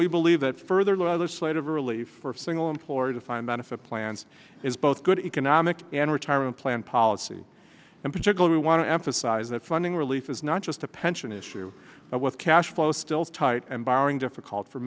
we believe that further law the slate of relief for single employer defined benefit plans is both good economic and retirement plan policy in particular we want to emphasize that funding relief is not just a pension issue with cash flow still tight and borrowing difficult for